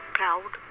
Proud